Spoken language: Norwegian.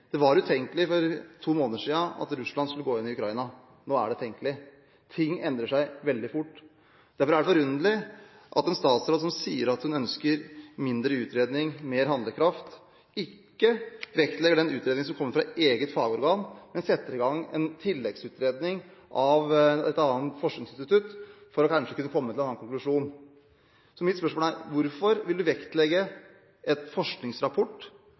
Det var utenkelig for to måneder siden at Russland skulle gå inn i Ukraina – nå er det tenkelig. Ting endrer seg veldig fort. Derfor er det forunderlig at en statsråd som sier at hun ønsker mindre utredning og mer handlekraft, ikke vektlegger den utredningen som kommer fra eget fagorgan, men setter i gang en tilleggsutredning av et annet forskningsinstitutt for kanskje å komme til en annen konklusjon. Mitt spørsmål er: Hvorfor vil statsråden vektlegge en forskningsrapport